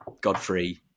Godfrey